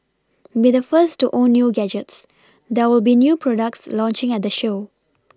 be the first to own new gadgets there will be new products launching at the show